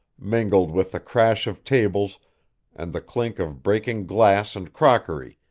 mingled with the crash of tables and the clink of breaking glass and crockery,